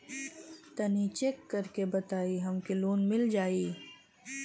तनि चेक कर के बताई हम के लोन मिल जाई?